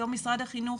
היום משרד החינוך,